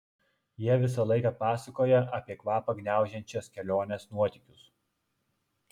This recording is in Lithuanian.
jie visą laiką pasakoja apie kvapią gniaužiančias keliones nuotykius